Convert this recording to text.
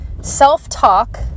self-talk